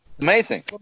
Amazing